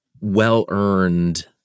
well-earned